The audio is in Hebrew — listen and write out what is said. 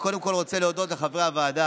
קודם כול אני רוצה להודות לחברי הוועדה,